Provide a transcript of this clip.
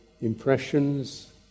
impressions